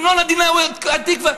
"המנון המדינה הוא 'התקווה'".